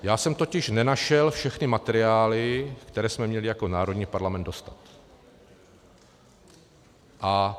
Já jsem totiž nenašel všechny materiály, které jsme měli jako národní parlament dostat.